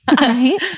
Right